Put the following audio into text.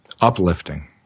uplifting